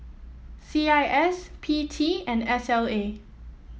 C I S P T and S L A